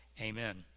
amen